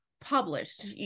Published